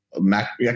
Mac